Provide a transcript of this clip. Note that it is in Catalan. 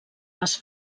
les